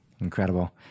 Incredible